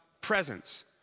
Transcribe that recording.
presence